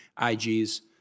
IG's